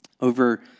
over